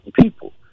people